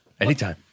anytime